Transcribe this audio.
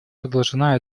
продолжена